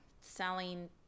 selling